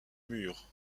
mur